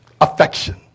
affection